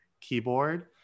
keyboard